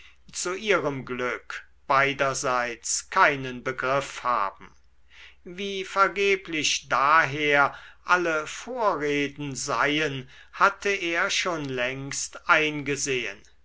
zu ihrem glück beiderseits keinen begriff haben wie vergeblich daher alle vorreden seien hatte er schon längst eingesehen